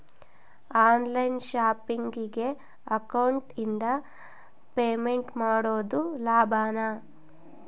On line ಶಾಪಿಂಗಿಗೆ ಅಕೌಂಟಿಂದ payment ಮಾಡೋದು ಲಾಭಾನ?